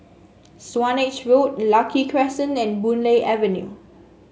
Swanage Road Lucky Crescent and Boon Lay Avenue